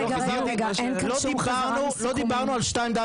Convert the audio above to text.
רגע, רגע, אין כאן שום חזרה מסיכומים.